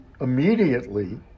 immediately